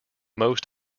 most